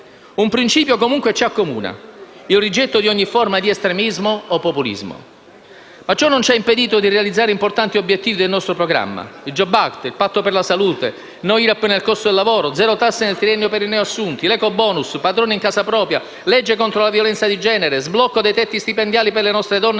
Un principio, comunque, ci accomuna: il rigetto di ogni forma di estremismo o populismo. Ciò non ci ha, però, impedito di realizzare importanti obiettivi del nostro programma: il *jobs act*, il patto per la salute, il "no" all'IRAP nel costo del lavoro, le zero tasse nel triennio per i neo assunti, l'ecobonus, padroni in casa propria, la legge contro la violenza di genere, lo sblocco dei tetti stipendiali per le nostre donne